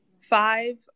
five